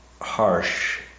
harsh